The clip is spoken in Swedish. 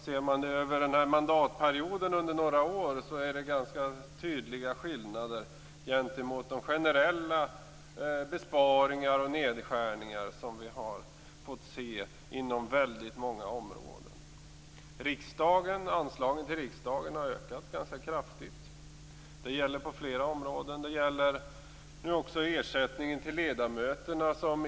Sett över mandatperioden finns det tydliga skillnader gentemot de generella besparingar och nedskärningar vi har fått se inom väldigt många områden. Anslagen till riksdagen har ökat kraftigt. Det gäller på flera områden, bl.a. ersättningen till ledamöterna.